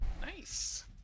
Nice